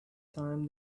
time